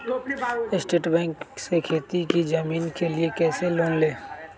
State Bank से खेती की जमीन के लिए कैसे लोन ले?